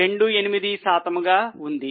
28 శాతంగా ఉంది